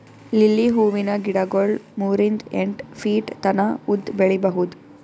lily ಹೂವಿನ ಗಿಡಗೊಳ್ ಮೂರಿಂದ್ ಎಂಟ್ ಫೀಟ್ ತನ ಉದ್ದ್ ಬೆಳಿಬಹುದ್